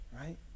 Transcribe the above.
right